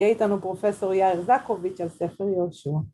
יהיה איתנו פרופסור יאיר זקוביץ' על ספר יהושע.